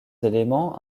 éléments